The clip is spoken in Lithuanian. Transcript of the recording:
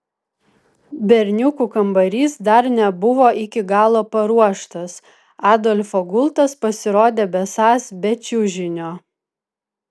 berniukų kambarys dar nebuvo iki galo paruoštas adolfo gultas pasirodė besąs be čiužinio